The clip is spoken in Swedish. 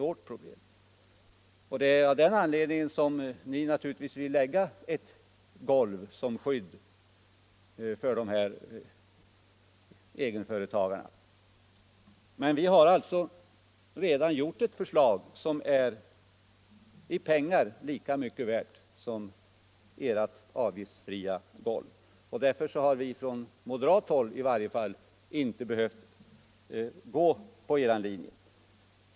Det är naturligtvis av den anledningen ni vill lägga ett golv som skydd för de här egenföretagarna. Men vi har alltså redan gjort ett förslag som är i pengar lika mycket värt som er avgiftsfria del. Därför har vi från moderat håll inte behövt gå på er linje.